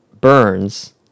Burns